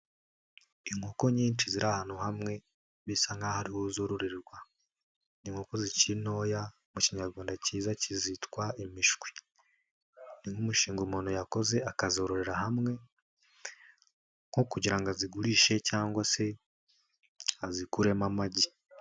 Inkoko nyinshi ziri ahantu hamwe bisa nkaho ariho zororerwa. Ni inkoko zikiri ntoya mu kinyarwanda cyiza zitwa imishwi. Ni nk'umushinga umuntu yakoze akazororera hamwe nko kugira ngo azigurishe cyangwa se azikuremo amagi.